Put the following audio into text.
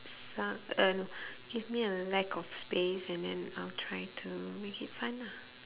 so~ uh no give me a lack of space and then I'll try to make it fun ah